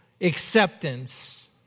Acceptance